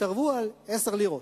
התערבו על 10 לירות.